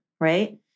right